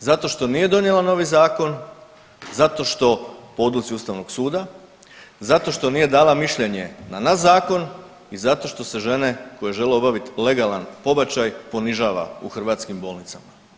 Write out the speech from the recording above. zato što nije donijela novi zakon, zato što po odluci ustavnog suda, zato što nije dala mišljenje na naš zakon i zato što se žene koje žele obaviti legalan pobačaj ponižava u hrvatskim bolnicama.